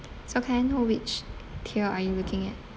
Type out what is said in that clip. so can I know which tier are you looking at